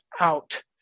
out